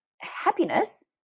happiness